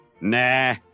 Nah